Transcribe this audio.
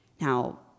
Now